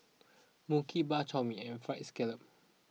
Mui Kee Bak Chor Mee and Fried Scallop